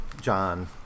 john